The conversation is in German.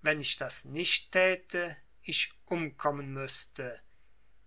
wenn ich das nicht täte ich umkommen müßte